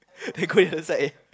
they going to the side eh